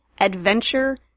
Adventure